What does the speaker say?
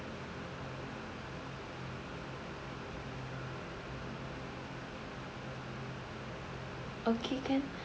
okay can